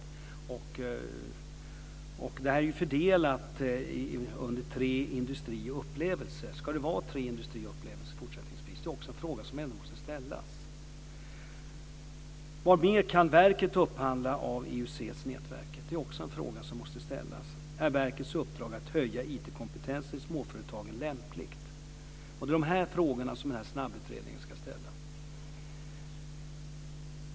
Det tredje momentet är fördelat på industri och upplevelse. Ska det fortsättningsvis vara så? Också det är en fråga som måste ställas. Vad kan verket upphandla av IUC-nätverket? Även det är en fråga som måste ställas? Är verkets uppdrag att höja IT-kompetensen i småföretagen lämpligt? Dessa frågor ska alltså ställas i snabbutredningen.